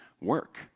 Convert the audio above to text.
work